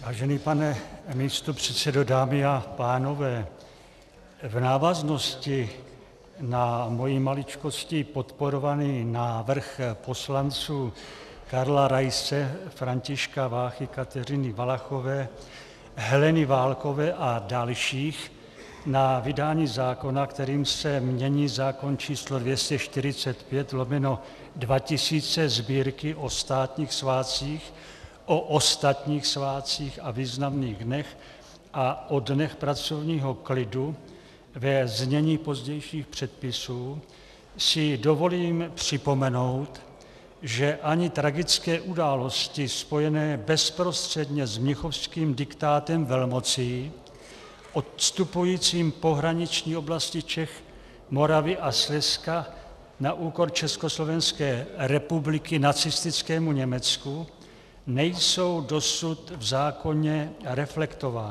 Vážený pane místopředsedo, dámy a pánové, v návaznosti na mojí maličkostí podporovaný návrh poslanců Karla Raise, Františka Váchy, Kateřiny Valachové, Heleny Válkové a dalších na vydání zákona, kterým se mění zákon č. 245/2000 Sb., o státních svátcích, o ostatních svátcích, o významných dnech a o dnech pracovního klidu, ve znění pozdějších předpisů, si dovolím připomenout, že ani tragické události spojené bezprostředně s mnichovským diktátem velmocí odstupujícím pohraniční oblasti Čech, Moravy a Slezska na úkor Československé republiky nacistickému Německu nejsou dosud v zákoně reflektovány.